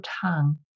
tongue